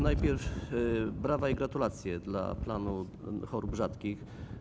Najpierw brawa i gratulacje dla planu dla chorób rzadkich.